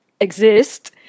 exist